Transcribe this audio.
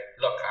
look